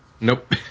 Nope